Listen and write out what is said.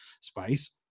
space